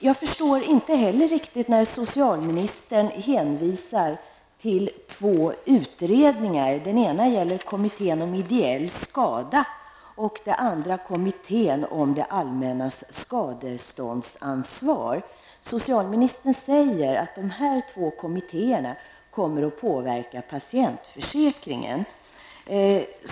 Jag förstår inte heller riktigt socialministerns hänvisningar till två utredningar -- kommittén för ideell skada och kommittén för det allmännas skadeståndsansvar. Socialministern säger att dessa två kommittéer kommer att påverka patientförsäkringen.